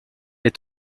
est